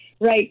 Right